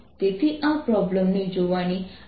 તેથી આ પ્રોબ્લેમને જોવાની આ એક રીત છે